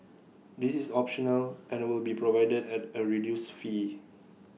this is optional and will be provided at A reduced fee